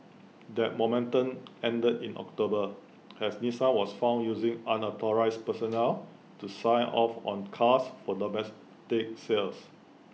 that momentum ended in October as Nissan was found using unauthorised personnel to sign off on cars for domestic sales